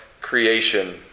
creation